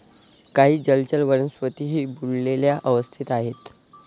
काही जलचर वनस्पतीही बुडलेल्या अवस्थेत आहेत